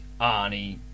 Arnie